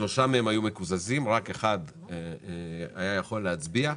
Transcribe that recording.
שלושה מהם היה מקוזזים, רק אחד היה יכול להצביע.